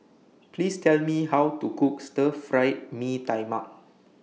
Please Tell Me How to Cook Stir Fried Mee Tai Mak